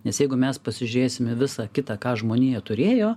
nes jeigu mes pasižiūrėsime visą kitą ką žmonija turėjo